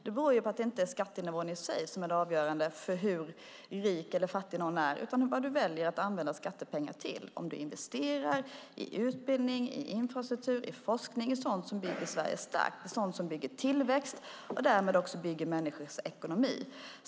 Det beror på att det inte är skattenivån i sig som är det avgörande för hur rik eller fattig någon är utan vad du väljer att använda skattepengarna till, om du investerar i utbildning, infrastruktur, forskning, i sådant som bygger Sverige starkt, i sådant som bygger tillväxt och därmed också människors ekonomi.